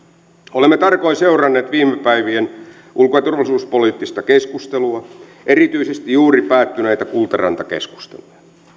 olemme tarkoin seuranneet viime päivien ulko ja turvallisuuspoliittista keskustelua erityisesti juuri päättyneitä kultaranta keskusteluja